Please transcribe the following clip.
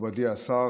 מכובדי השר,